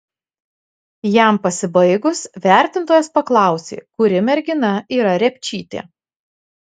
jam pasibaigus vertintojas paklausė kuri mergina yra repčytė